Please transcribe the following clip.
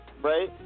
Right